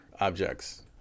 objects